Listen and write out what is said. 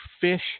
fish